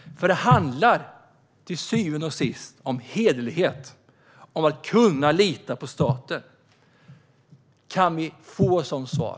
Det handlar till syvende och sist om hederlighet och om att kunna lita på staten. Kan vi få ett sådant svar?